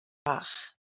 fach